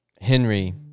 Henry